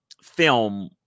film